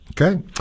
Okay